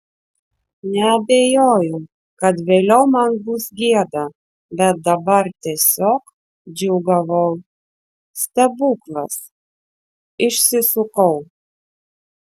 neabejojau kad vėliau man bus gėda bet dabar tiesiog džiūgavau stebuklas išsisukau